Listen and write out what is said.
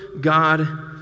God